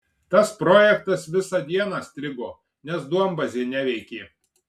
tas projektas visą dieną strigo nes duombazė neveikė